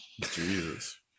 Jesus